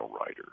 writer